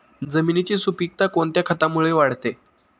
जमिनीची सुपिकता कोणत्या खतामुळे वाढते?